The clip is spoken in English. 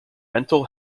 mental